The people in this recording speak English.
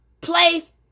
place